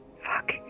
Fuck